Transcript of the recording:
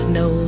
no